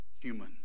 human